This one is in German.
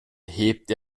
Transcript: hebt